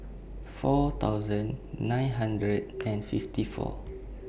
four thousand nine hundred and fifty four